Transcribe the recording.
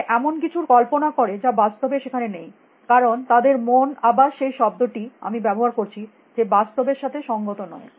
সে এমন কিছুর কল্পনা করে যা বাস্তবে সেখানে নেই কারণ তাদের মন আবার সেই শব্দটি আমি ব্যবহার করছি যে বাস্তবের সাথে সংগত নয়